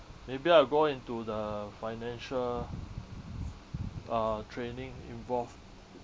maybe I'll go into the financial uh training involved